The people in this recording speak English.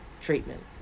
treatment